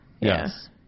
Yes